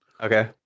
Okay